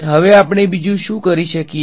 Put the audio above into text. હવે આપણે બિજુ શુ કરી શકીયે